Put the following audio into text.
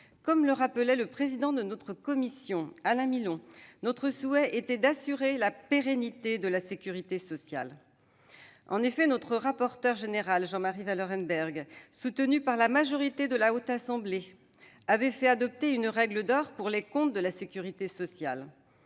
que l'a rappelé le président de notre commission, M. Alain Milon, notre souhait était d'assurer la pérennité de la sécurité sociale. En effet, notre rapporteur général, Jean-Marie Vanlerenberghe, soutenu par la majorité de la Haute Assemblée, avait fait adopter une règle d'or pour les comptes de la sécurité sociale.